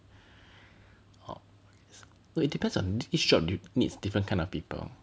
hor no it depends on each job needs different kind of people